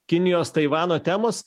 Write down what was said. kinijos taivano temos